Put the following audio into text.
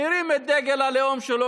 מרים את דגל הלאום שלו,